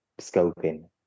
scoping